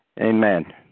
Amen